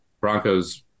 Broncos